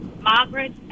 Margaret